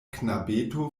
knabeto